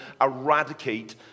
eradicate